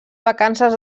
vacances